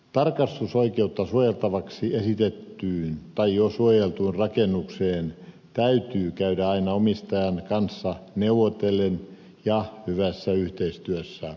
tarkastusoikeutta suojeltavaksi esitettyyn tai jo suojeltuun rakennukseen täytyy käyttää aina omistajan kanssa neuvotellen ja hyvässä yhteistyössä